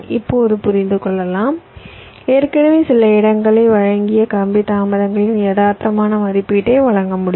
இப்போது புரிந்து கொள்ளலாம் ஏற்கனவே சில இடங்களை வழங்கிய கம்பி தாமதங்களின் யதார்த்தமான மதிப்பீட்டை வழங்க முடியும்